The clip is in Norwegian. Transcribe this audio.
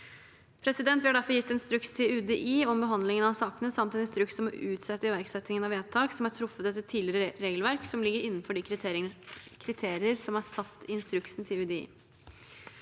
ferdig. Vi har derfor gitt en instruks til UDI om behandlingen av sakene, samt en instruks om å utsette iverksettingen av vedtak som er truffet etter tidligere regelverk, som ligger innenfor de kriterier som er satt i instruksen til UDI.